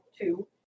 two